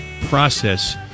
process